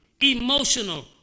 emotional